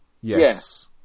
Yes